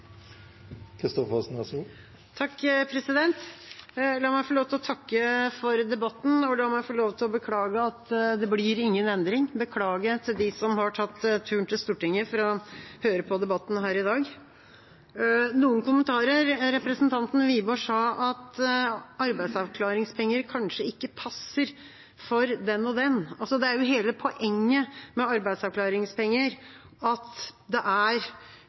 La meg få lov til å takke for debatten, og la meg få lov til å beklage at det blir ingen endring, og beklage til dem som har tatt turen til Stortinget for å høre på debatten her i dag. Noen kommentarer: Representanten Wiborg sa at arbeidsavklaringspenger kanskje ikke passer for den og den. Altså – hele poenget med arbeidsavklaringspenger er at det er